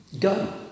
Go